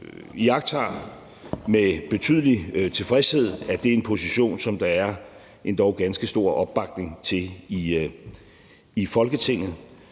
iagttager med betydelig tilfredshed, at det er en position, som der er endog ganske stor opbakning til i Folketinget,